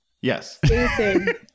Yes